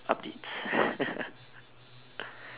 updates